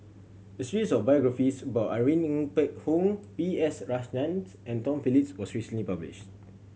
a series of biographies about Irene Ng Phek Hoong B S Rajhans and Tom Phillips was recently published